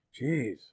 jeez